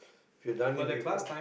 if you've done it before